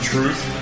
Truth